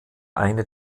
eine